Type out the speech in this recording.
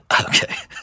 okay